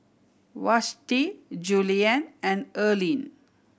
Vashti Juliann and Earlene